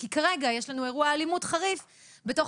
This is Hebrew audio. כי כרגע יש לנו אירוע אלימות חריף בתוך